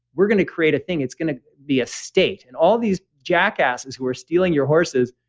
we're going to create a thing. it's going to be a state, and all these jackasses who are stealing your horses,